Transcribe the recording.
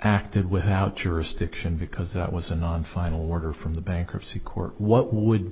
acted without jurisdiction because that was an on final order from the bankruptcy court what would